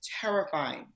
terrifying